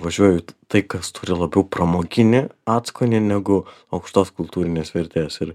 važiuoju tai kas turi labiau pramoginį atskonį negu aukštos kultūrinės vertės ir